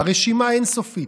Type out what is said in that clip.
"הרשימה אין-סופית.